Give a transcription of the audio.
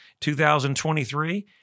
2023